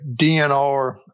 DNR